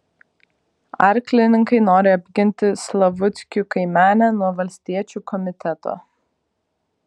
arklininkai nori apginti slavuckių kaimenę nuo valstiečių komiteto